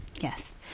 Yes